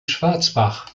schwarzbach